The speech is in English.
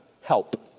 help